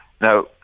Now